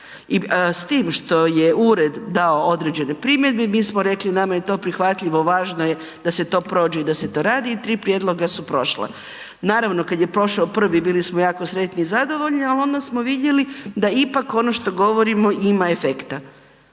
i s tim što je ured dao određene primjedbe i mi smo rekli nama je to prihvatljivo, važno je da se to prođe i da se to radi i tri prijedloga su prošla. Naravno kad je prošao prvi bili smo jako sretni i zadovoljni, ali onda smo vidjeli da ipak ono što govorimo ima efekta.